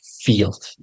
field